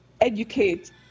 educate